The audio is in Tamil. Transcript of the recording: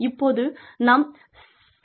இப்போது நாம் ஸ்லைடைப் பார்க்கலாம்